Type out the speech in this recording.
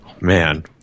Man